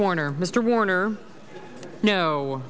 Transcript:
warner mr warner no